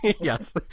Yes